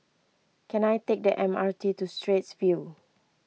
can I take the M R T to Straits View